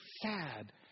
sad